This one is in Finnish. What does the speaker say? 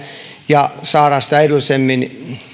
ja saadaan sitä edullisemmin